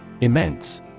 Immense